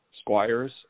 Squires